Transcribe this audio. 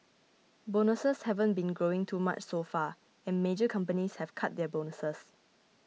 bonuses haven't been growing too much so far and major companies have cut their bonuses